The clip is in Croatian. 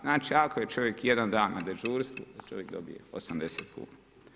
Znači, ako je čovjek jedan dan na dežurstvu onda čovjek dobije 80 kuna.